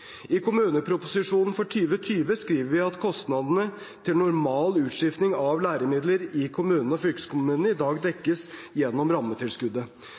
I kommuneproposisjonen for 2020 skriver vi at kostnadene til normal utskifting av læremidler i kommunene og fylkeskommunene i dag dekkes gjennom rammetilskuddet.